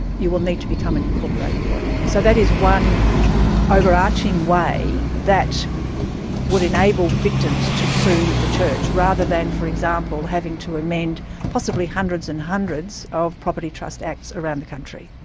you will need to become an incorporated body. so that is one overarching way that would enable victims to sue the church, rather than, for example, having to amend possibly hundreds and hundreds of property trust acts around the country.